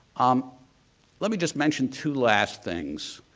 um let me just mention two last things.